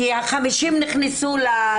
כי ה-50 נכנסו לגוף התקציב.